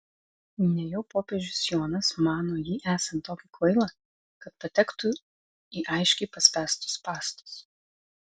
nejau popiežius jonas mano jį esant tokį kvailą kad patektų į aiškiai paspęstus spąstus